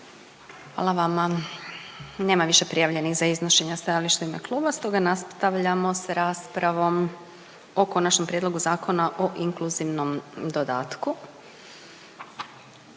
Hvala vama. Nema više prijavljenih za iznošenja stajališta u ime kluba stoga nastavljamo s raspravom o Konačnom prijedlogu Zakona o inkluzivnom dodatku.